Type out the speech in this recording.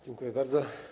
Dziękuję bardzo.